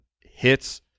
hits